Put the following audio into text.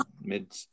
mid